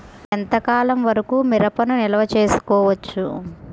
నేను ఎంత కాలం వరకు మిరపను నిల్వ చేసుకోవచ్చు?